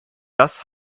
das